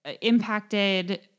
impacted